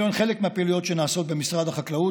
אלו חלק מהפעילויות שנעשות במשרד החקלאות